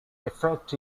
effect